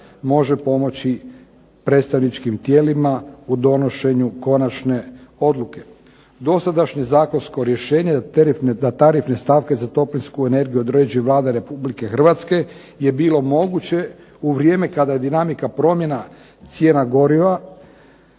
može pomoći predstavničkim tijelima u donošenju konačne odluke. Dosadašnje zakonsko rješenje da tarifne stavke za toplinsku energiju određuje Vlada Republike Hrvatske je bilo moguće u vrijeme kada je dinamika promjena cijena goriva